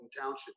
Township